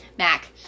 Mac